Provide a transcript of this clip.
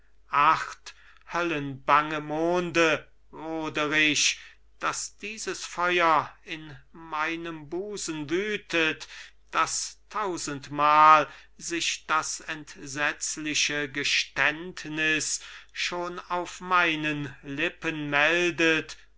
acht höllenbange monde roderich daß dieses feur in meinem busen wütet daß tausendmal sich das entsetzliche geständnis schon auf meinen lippen meldet